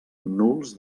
nuls